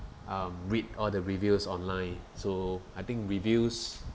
um read all the reviews online so I think reviews